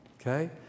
Okay